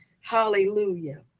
Hallelujah